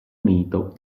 unito